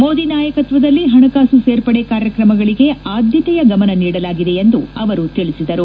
ಮೋದಿ ನಾಯಕತ್ವದಲ್ಲಿ ಪಣಕಾಸು ಸೇರ್ಪಡೆ ಕಾರ್ಯಕ್ರಮಗಳಿಗೆ ಆದ್ದತೆಯ ಗಮನ ನೀಡಲಾಗಿದೆ ಎಂದು ಅವರು ತಿಳಿಸಿದರು